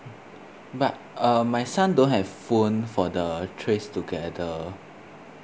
but uh my son don't have phone for the trace together